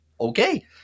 okay